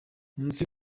munsi